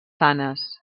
sanes